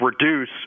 reduce